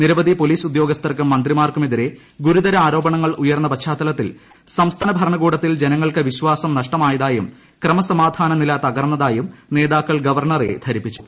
നിരവധി പോലീസ് ഉദ്യോഗസ്ഥർക്കും മന്ത്രിമാർക്കും എതിരെ ഗുരുതര ആരോപണങ്ങൾ ഉയർന്ന പശ്ചാത്തലത്തിൽ സംസ്ഥാന ഭരണകൂടത്തിൽ ജനങ്ങൾക്ക് വ്യിശ്വാസം നഷ്ടമായതായും ക്രമസമാധാന നിലൂ തൂക്ക്ർന്നതായും നേതാക്കൾ ഗവർണറെ ധരിപ്പിച്ചു